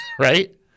right